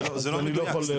זה לא מדויק.